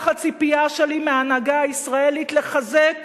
כך הציפייה שלי מההנהגה הישראלית לחזק